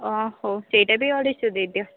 ହଉ ସେଇଟା ବି ଅଢ଼େଇ ଶହ ଦେଇଦିଅ